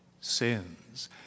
sins